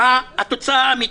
מה התוצאה האמיתית,